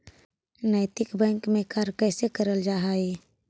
नैतिक बैंक में कार्य कैसे करल जा हई